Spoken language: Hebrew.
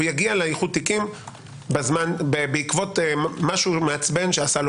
הוא יגיע לאיחוד התיקים בעקבות משהו מעצבן שעשה לו